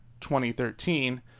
2013